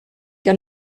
que